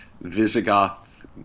Visigoth